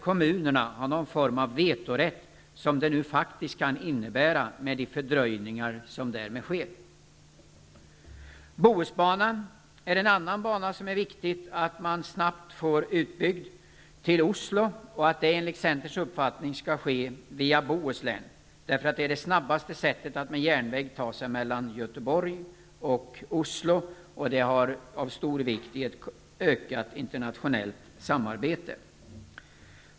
Kommunerna skall inte ha någon form av vetorätt, som det nu faktiskt kan vara fråga om med de fördröjningar som följer. Bohusbanan är en annan bana som det är viktigt att snabbt få utbyggd till Oslo. Enligt Centerns uppfattning skall utbyggnaden ske via Bohuslän. Det är det snabbaste sättet om man med järnvägen vill ta sig mellan Göteborg och Oslo. Det är av stor vikt i en tid med ett utökat internationellt samarbete.